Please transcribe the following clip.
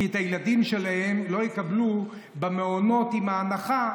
כי את הילדים שלהן לא יקבלו במעונות עם ההנחה,